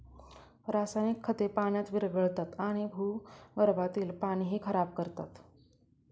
रासायनिक खते पाण्यात विरघळतात आणि भूगर्भातील पाणीही खराब करतात